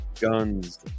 guns